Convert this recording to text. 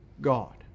God